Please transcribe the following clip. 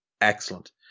Excellent